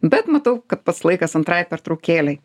bet matau kad pats laikas antrai pertraukėlei